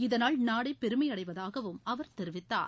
இதனால் நாடே பெருமையடைவதாகவும் தெரிவித்தார்